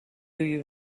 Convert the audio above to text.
you